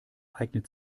eignet